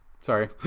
Sorry